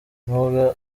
nubwo